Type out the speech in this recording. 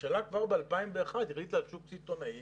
הממשלה כבר ב-2001 החליטה על שוק סיטונאי